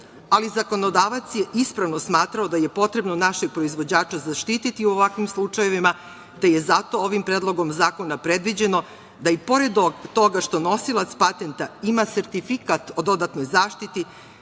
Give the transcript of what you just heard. ali zakonodavac je ispravno smatrao da je potrebno našeg proizvođača zaštiti u ovakvim slučajevima, te je zato ovim Predlogom zakona predviđeno da, i pored toga što nosilac patenta ima sertifikat o dodatnoj zaštiti,